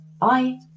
Bye